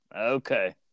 okay